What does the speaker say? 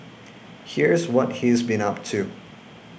here's what he's been up to